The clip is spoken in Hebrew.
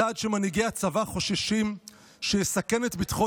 צעד שמנהיגי הצבא חוששים שיסכן את ביטחון